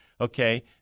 okay